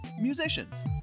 musicians